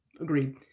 Agreed